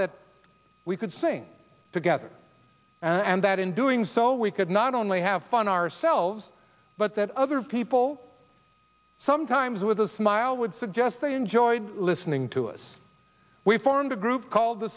that we could sing together and that in doing so we could not only have fun ourselves but that other people sometimes with a smile would suggest they enjoyed listening to us we formed a group called the